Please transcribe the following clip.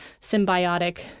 symbiotic